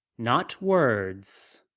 not words.